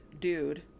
dude